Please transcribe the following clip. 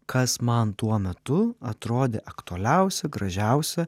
kas man tuo metu atrodė aktualiausia gražiausia